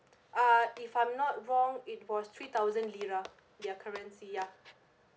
ah if I'm not wrong it was three thousand lira their currency ya